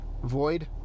void